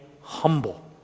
humble